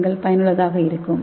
என்கள் பயனுள்ளதாக இருக்கும்